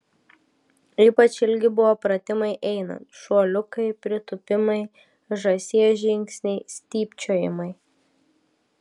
ypač ilgi buvo pratimai einant šuoliukai pritūpimai žąsies žingsniai stypčiojimai